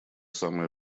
самое